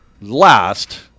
last